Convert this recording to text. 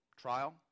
Trial